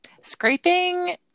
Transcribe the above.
Scraping